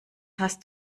hast